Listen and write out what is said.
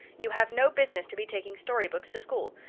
you have no business to be taking storybooks to school.